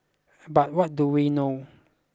but what do we know